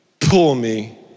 pull-me